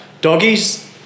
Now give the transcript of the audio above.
doggies